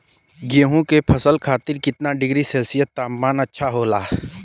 गेहूँ के फसल खातीर कितना डिग्री सेल्सीयस तापमान अच्छा होला?